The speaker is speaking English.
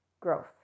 growth